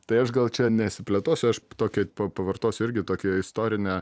tai aš gal čia nesiplėtosiu aš tokią pavartosiu irgi tokią istorinę